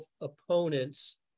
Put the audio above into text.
opponents